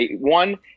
One